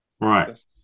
Right